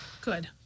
Good